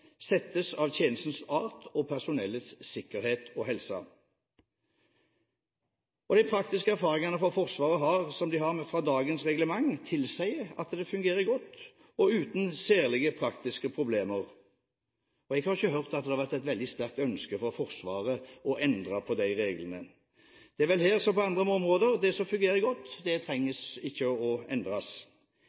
settes av tjenestens art og personellets sikkerhet og helse. Den praktiske erfaringen som Forsvaret har med dagens reglement, tilsier at det fungerer godt og uten særlige praktiske problemer. Jeg har ikke hørt at det har vært et veldig sterkt ønske fra Forsvaret om å endre på disse reglene. Det er vel her som på andre områder: Det som fungerer godt, trengs ikke å endres.